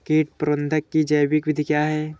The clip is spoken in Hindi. कीट प्रबंधक की जैविक विधि क्या है?